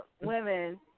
women